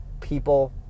people